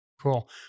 Cool